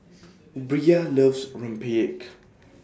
Bria loves Rempeyek